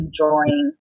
enjoying